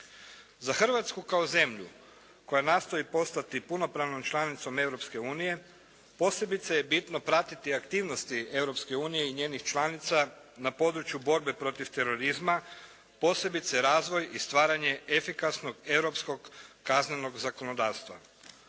Za Hrvatsku kao zemlju koja nastoji postati punopravnom članicom Europske unije posebice je bitno pratiti aktivnosti Europske unije i njenih članica na području borbe protiv terorizma posebice razvoj i stvaranje efikasnog europskog kaznenog zakonodavstva.